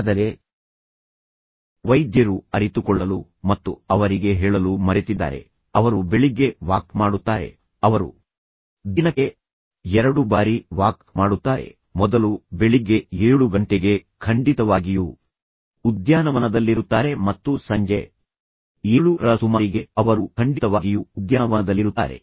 ಆದರೆ ವೈದ್ಯರು ಅರಿತುಕೊಳ್ಳಲು ಮತ್ತು ಅವರಿಗೆ ಹೇಳಲು ಮರೆತಿದ್ದಾರೆ ಅವರು ಬೆಳಿಗ್ಗೆ ವಾಕ್ ಮಾಡುತ್ತಾರೆ ಅವರು ದಿನಕ್ಕೆ ಎರಡು ಬಾರಿ ವಾಕ್ ಮಾಡುತ್ತಾರೆ ಮೊದಲು ಬೆಳಿಗ್ಗೆ 7 ಗಂಟೆಗೆ ಖಂಡಿತವಾಗಿಯೂ ಉದ್ಯಾನವನದಲ್ಲಿರುತ್ತಾರೆ ಮತ್ತು ಸಂಜೆ 7 ರ ಸುಮಾರಿಗೆ ಅವರು ಖಂಡಿತವಾಗಿಯೂ ಉದ್ಯಾನವನದಲ್ಲಿರುತ್ತಾರೆ